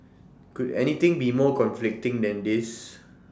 could anything be more conflicting than this